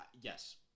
yes